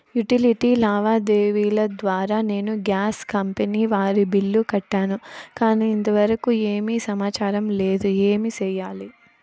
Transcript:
Utility లావాదేవీల ద్వారా నేను గ్యాస్ కంపెని వారి బిల్లు కట్టాను కానీ ఇంతవరకు ఏమి సమాచారం లేదు, ఏమి సెయ్యాలి?